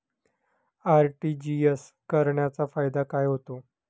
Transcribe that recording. RTGS करण्याचा फायदा काय होतो?